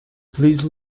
please